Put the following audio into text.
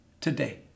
today